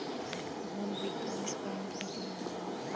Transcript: भूमि विकास बैंक भी कहल जाला